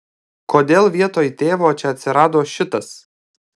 kodėl vietoj tėvo čia atsirado šitas